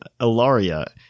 Ilaria